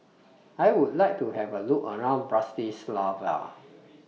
I Would like to Have A Look around Bratislava